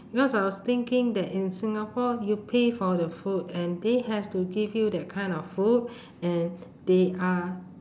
because I was thinking that in singapore you pay for the food and they have to give you that kind of food and they are